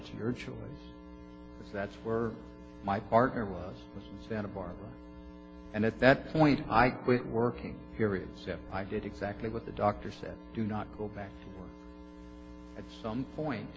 children that's were my partner was santa barbara and at that point i quit working every step i did exactly what the doctor said do not go back at some point